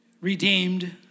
redeemed